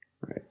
Right